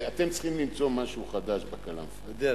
אתם צריכים למצוא משהו חדש לכלאם פאד'י.